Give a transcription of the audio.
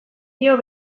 dio